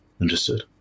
Understood